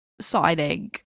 signing